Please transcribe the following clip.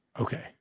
Okay